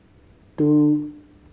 two